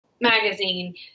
magazine